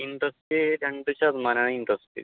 interest രണ്ട് ശതമാനം ആണ് ഇൻട്രസ്റ്റ്